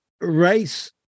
race